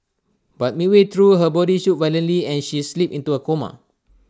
but midway through her body shook violently and she slipped into A coma